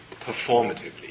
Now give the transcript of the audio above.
performatively